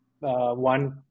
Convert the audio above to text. one